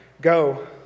Go